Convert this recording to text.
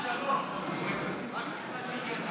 אם כן,